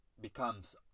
becomes